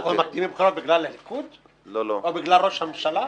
אנחנו מקדימים בגלל הליכוד או בגלל ראש הממשלה?